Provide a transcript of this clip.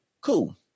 Cool